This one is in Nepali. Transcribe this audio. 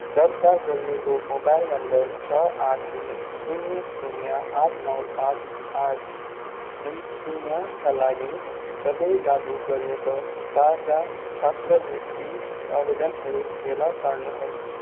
दर्ता गरिएको मोबाइल नम्बर छ आठ तिन शून्य शून्य आठ नौ पाँच आठ दुई शून्यका लागि सबै लागु गरिएका ताजा छात्रवृत्ति आवेदनहरू फेला पार्नुहोस्